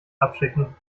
abschicken